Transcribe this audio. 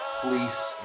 police